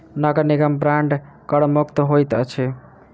नगर निगम बांड कर मुक्त होइत अछि